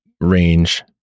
range